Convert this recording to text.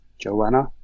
Joanna